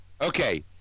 Okay